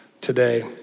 today